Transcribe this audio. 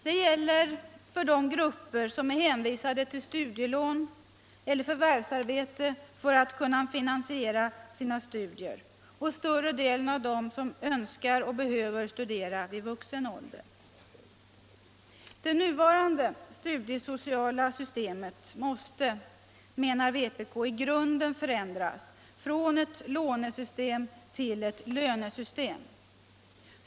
Detta gäller för de grupper som nu är hänvisade till studielån eller förvärvsarbete för att kunna finansiera sina studier och större delen av dem som önskar och behöver studera vid vuxen ålder. Det nuvarande studiesociala systemet måste, menar vpk, i grunden förändras från ett lånesystem till ett lönesystem.